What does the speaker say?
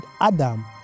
Adam